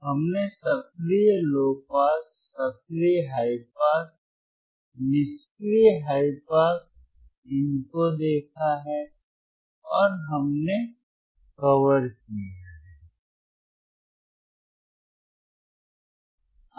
हमने सक्रिय low pass सक्रिय हाई पास निष्क्रिय हाई पास इन को देखा है और हमने आवरण किया है